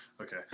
Okay